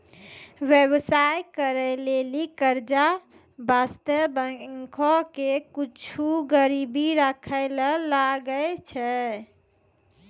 व्यवसाय करै लेली कर्जा बासतें बैंको के कुछु गरीबी राखै ले लागै छै